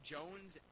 Jones